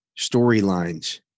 storylines